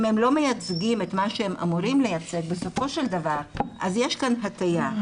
אם הם לא מייצגים את מה שהם אמורים לייצג בסופו של דבר אז יש כאן הטיה.